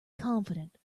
confident